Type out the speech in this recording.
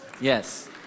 Yes